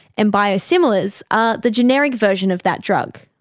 and biosimilars are the generic version of that drug.